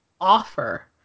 offer